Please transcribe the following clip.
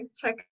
Check